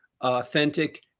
authentic